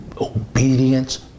obedience